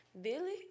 Billy